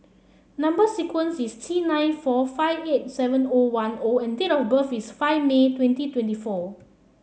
number sequence is T nine four five eight seven O one O and date of birth is five May twenty twenty four